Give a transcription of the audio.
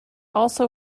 also